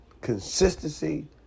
Consistency